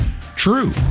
true